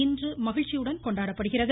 இன்று மகிழ்ச்சியுடன் கொண்டாடப்படுகிறது